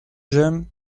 j’aime